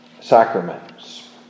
sacraments